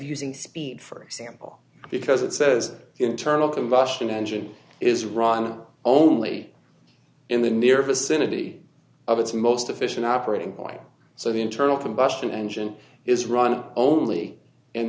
using speed for example because it says internal combustion engine is running only in the near vicinity of its most efficient operating point so the internal combustion engine is run only in